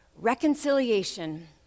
reconciliation